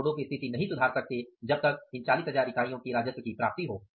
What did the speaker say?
इसलिए 40000 इकाईयां खो गयीं